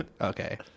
Okay